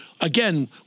again